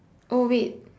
oh wait